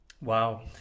Wow